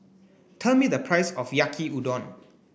tell me the price of Yaki Udon